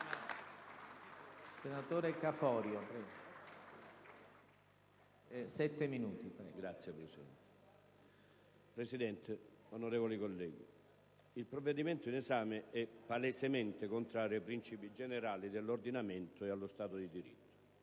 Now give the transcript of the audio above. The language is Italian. Presidente, onorevoli colleghi, il provvedimento in esame è palesemente contrario ai principi generali dell'ordinamento e allo Stato di diritto.